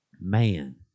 man